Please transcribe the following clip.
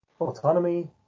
autonomy